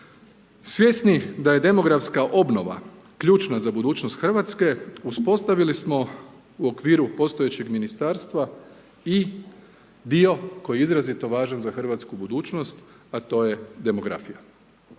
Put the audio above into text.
Svjesni da je demografska obnova ključna za budućnost Hrvatske uspostavili smo u okviru postojećeg ministarstva i dio koji je izrazito važan za hrvatsku budućnost a to je demografija